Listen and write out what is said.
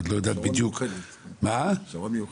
אני עוד לא יודעת בדיוק --- שרון מיוחדת.